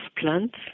plants